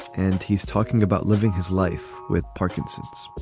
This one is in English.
and he's talking about living his life with parkinson's.